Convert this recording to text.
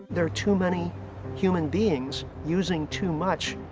they're too many human beings using too much,